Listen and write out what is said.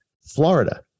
florida